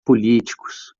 políticos